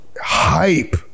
hype